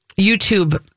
YouTube